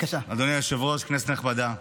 אדוני היושב-ראש, כנסת נכבדה,